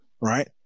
Right